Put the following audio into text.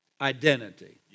identity